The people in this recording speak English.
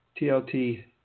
TLT